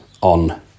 on